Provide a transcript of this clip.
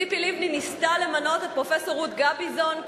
ציפי לבני ניסתה למנות את פרופסור רות גביזון,